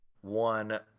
one